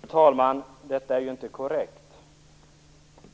Fru talman! Detta är inte korrekt.